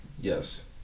Yes